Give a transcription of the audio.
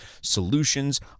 solutions